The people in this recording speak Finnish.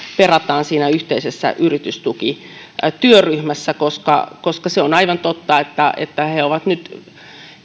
perataan siinä yhteisessä yritystukityöryhmässä koska koska se on aivan totta että että ne ovat nyt